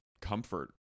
comfort